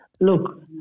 look